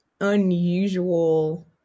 unusual